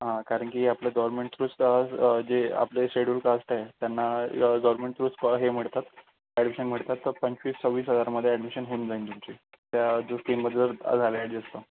हा कारण की आपलं गव्हर्मेंट थ्रू तर जे आपले शेडूल कास्ट आहे त्यांना गव्हर्मेंट थ्रू स्कॉ हे मिळतात ॲडमिशन मिळतात तर पंचवीस सव्वीस हजारमध्ये ॲडमिशन होऊन जाईल तुमची त्या ज स्कीममध्ये जर झालं ॲडजस्ट तर